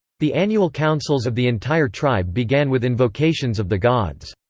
the annual councils of the entire tribe began with invocations of the gods.